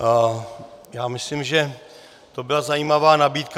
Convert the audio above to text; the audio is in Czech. No, já myslím, že to byla zajímavá nabídka.